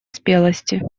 спелости